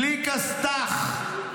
בלי כסת"ח.